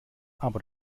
aber